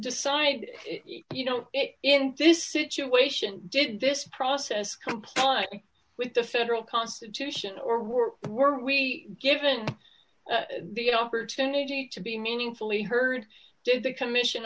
decide you know in this situation did this process comply with the federal constitution or were we given the opportunity to be meaningfully heard did the commission